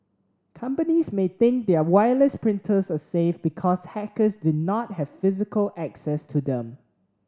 companies may think their wireless printers are safe because hackers do not have physical access to them